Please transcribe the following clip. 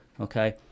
Okay